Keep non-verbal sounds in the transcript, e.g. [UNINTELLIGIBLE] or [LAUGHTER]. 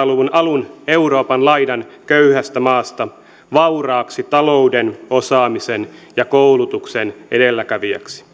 [UNINTELLIGIBLE] luvun alun euroopan laidan köyhästä maasta vauraaksi talouden osaamisen ja koulutuksen edelläkävijäksi